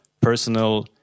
personal